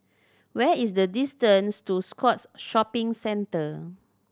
where is the distance to Scotts Shopping Centre